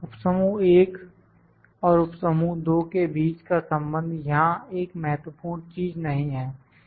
उप समूह 1 और उप समूह 2 के बीच का संबंध यहां एक महत्वपूर्ण चीज नहीं है